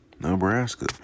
Nebraska